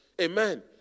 amen